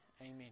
amen